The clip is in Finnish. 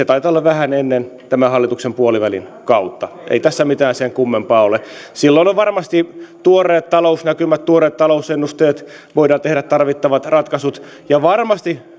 taitaa olla vähän ennen tämän hallituksen puolivälikautta ei tässä mitään sen kummempaa ole silloin on on varmasti tuoreet talousnäkymät tuoreet talousennusteet voidaan tehdä tarvittavat ratkaisut ja varmasti